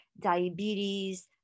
diabetes